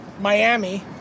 Miami